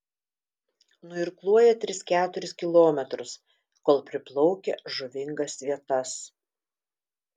nuirkluoja tris keturis kilometrus kol priplaukia žuvingas vietas